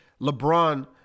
LeBron